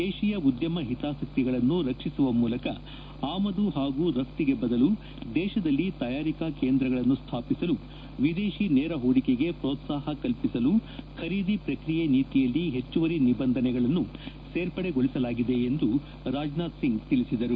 ದೇಶೀಯ ಉದ್ದಮ ಹಿತಾಸಕ್ತಿಗಳನ್ನು ರಕ್ಷಿಸುವ ಮೂಲಕ ಆಮದು ಹಾಗೂ ರಷ್ಟಿಗೆ ಬದಲು ದೇತದಲ್ಲಿ ತಯಾರಿಕಾ ಕೇಂದ್ರಗಳನ್ನು ಸ್ವಾಪಿಸಲು ವಿದೇಶಿ ನೇರ ಹೂಡಿಕೆಗೆ ಪೋತ್ಸಾಹ ಕಲ್ಪಿಸಲು ಖರೀದಿ ಪ್ರಕ್ರಿಯೆ ನೀತಿಯಲ್ಲಿ ಹೆಚ್ಚುವರಿ ನಿಬಂಧನೆಗಳನ್ನು ಸೇರ್ಪಡೆಗೊಳಿಸಲಾಗಿದೆ ಎಂದು ರಾಜನಾಥ್ಸಿಂಗ್ ತಿಳಿಸಿದ್ದಾರೆ